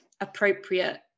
appropriate